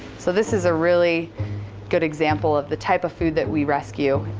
so this is a really good example of the type of food that we rescue.